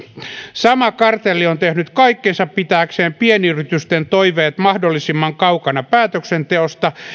sama kartelli on tehnyt kaikkensa pitääkseen pienyritysten toiveet mahdollisimman kaukana päätöksenteosta